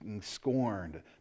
scorned